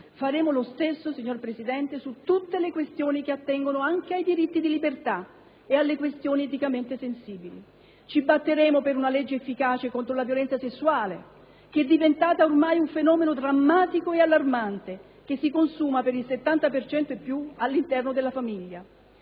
Faremo lo stesso, signor Presidente, su tutte le questioni che attengono ai diritti di libertà e alle questioni eticamente sensibili. Ci batteremo per una legge efficace contro la violenza sessuale, che è diventata ormai un fenomeno drammatico e allarmante, che si consuma per più del 70 per cento all'interno della famiglia.